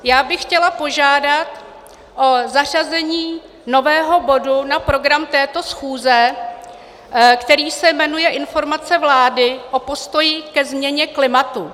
Já bych chtěla požádat o zařazení nového bodu na program této schůze, který se jmenuje Informace vlády o postoji ke změně klimatu.